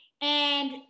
and-